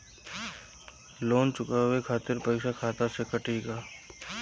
Loan चुकावे खातिर पईसा खाता से कटी का?